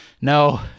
No